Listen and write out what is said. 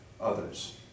others